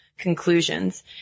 Conclusions